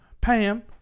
Pam